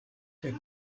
der